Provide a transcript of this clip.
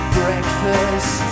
breakfast